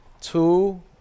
two